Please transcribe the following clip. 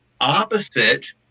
opposite